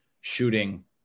shooting